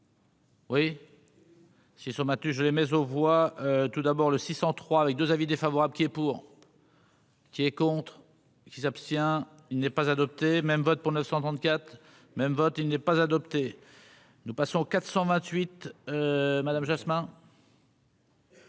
Oui. C'est ce matin, je ai mais aux voix tout d'abord le 603 avec 2 avis défavorables. Qui est pour, qui est contre. Qui s'abstient, il n'est pas adopté même vote pour 934 même vote il n'est pas adopté, nous passons 428 madame Jasmin.